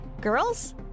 Girls